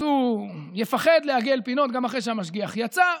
אז הוא יפחד לעגל פינות גם אחרי שהמשגיח יצא.